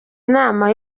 inama